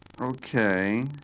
Okay